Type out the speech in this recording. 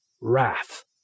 wrath